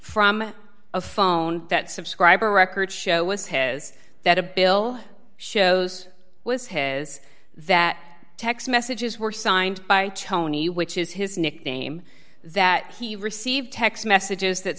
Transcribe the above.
from a phone that subscriber records show us has that a bill shows was his that text messages were signed by tony which is his nickname that he received text messages that